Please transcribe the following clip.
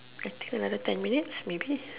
I think another ten minutes maybe